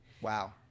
Wow